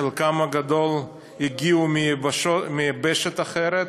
חלקם הגדול הגיעו מיבשת אחרת,